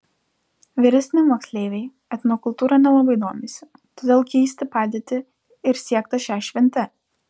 vyresni moksleiviai etnokultūra nelabai domisi todėl keisti padėtį ir siekta šia švente